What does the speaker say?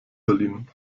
berlin